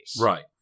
Right